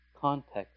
context